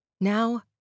Now